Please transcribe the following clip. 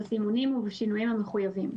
בסימונים ובשינויים המחויבים,